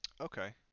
Okay